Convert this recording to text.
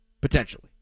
Potentially